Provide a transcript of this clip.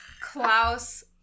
Klaus